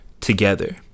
together